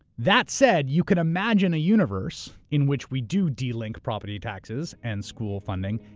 that said, you could imagine a universe in which we do de-link property taxes and school funding,